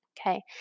Okay